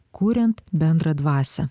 kuriant bendrą dvasią